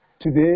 today